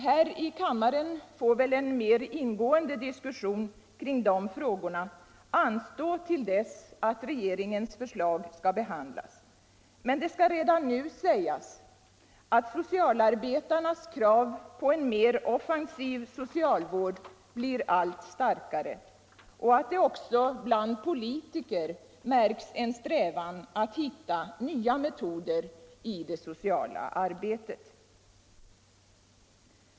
Här i kammaren får väl en mer ingående diskussion om de frågorna anstå till dess att regeringens förslag skall behandlas, men det skall redan nu sägas att socialarbetarnas krav på en mer offensiv socialvård blir allt starkare och att det också bland politiker märks en strävan att hitta nya metoder i det sociala arbetet.